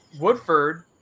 Woodford